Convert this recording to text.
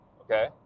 okay